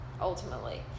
Ultimately